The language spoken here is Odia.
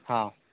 ହଁ